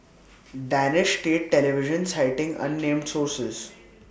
danish state television citing unnamed sources